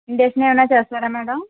injection ఏమైనా చేస్తారా madam